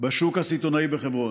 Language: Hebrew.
בשוק הסיטונאי בחברון.